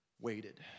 waited